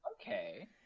Okay